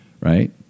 right